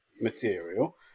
material